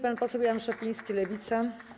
Pan poseł Jan Szopiński, Lewica.